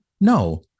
No